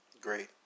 great